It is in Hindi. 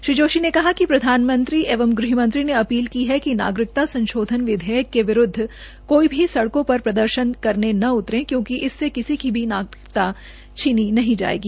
श्री जोशी ने कहा कि प्रधानमंत्री एवं गृहमंत्री ने अपील की है कि नागरिकता संशोधन विधेयक के विरूद्व कोई भी सड़कों पर प्रदर्शन करने न उतरे क्योंकि इससे किसी की नागरिकता नहीं छिनेगी